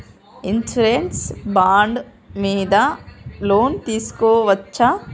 Insurance bond మీద loan తీస్కొవచ్చా?